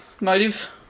motive